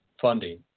funding